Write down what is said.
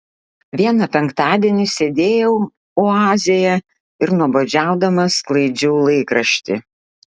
vieną penktadienį sėdėjau oazėje ir nuobodžiaudama sklaidžiau laikraštį